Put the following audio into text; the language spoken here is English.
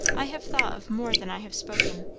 i have thought of more than i have spoken.